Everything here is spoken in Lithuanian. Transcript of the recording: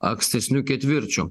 akstesniu ketvirčiu